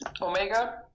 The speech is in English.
Omega